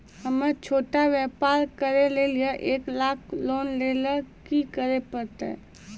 हम्मय छोटा व्यापार करे लेली एक लाख लोन लेली की करे परतै?